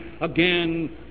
again